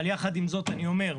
אבל יחד עם זאת אני אומר,